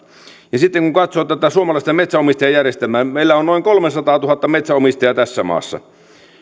sitten kun katsoo tätä suomalaista metsänomistajajärjestelmää meillä on noin kolmesataatuhatta metsänomistajaa tässä maassa